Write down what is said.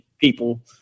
people